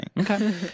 Okay